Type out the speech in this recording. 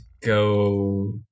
go